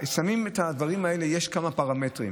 שמים את הדברים האלה לפי כמה פרמטרים.